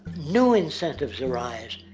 new incentives arise.